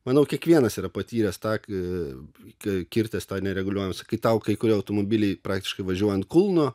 manau kiekvienas yra patyręs tą kirtęs nereguliuojamas kai tau kai kurie automobiliai praktiškai važiuoja ant kulno